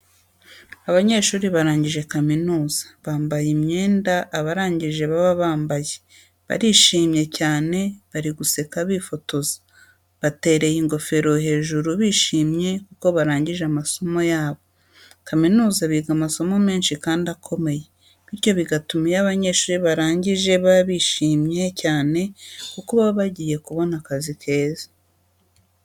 Abanyeshuri barangije kaminuza, bambaye imyenda abarangije baba bambaye, barishimye cyane, bari guseka bifotoza, batereye ingofero hejuru bishimye kuko barangije amasomo yabo. Kaminuza biga amasomo menshi kandi akomeye, bityo bigatuma iyo abanyeshuri barangije baba bishimye cyane kuko baba bagiye kubona akazi keza.